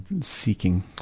seeking